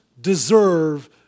deserve